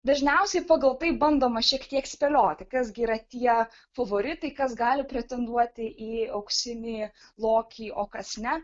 dažniausiai pagal tai bandoma šiek tiek spėlioti kas gi yra tie favoritai kas gali pretenduoti į auksinį lokį o kas ne